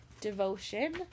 devotion